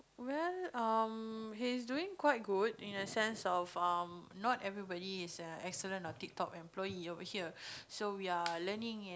well um he's doing quite good in the sense of um not everybody is excellent and tip top employee over here so we are learning and